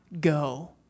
go